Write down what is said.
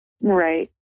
Right